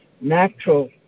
natural